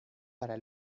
para